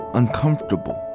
uncomfortable